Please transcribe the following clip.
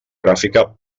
gràfica